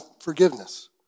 forgiveness